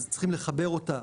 אז צריכים לחבר אותה,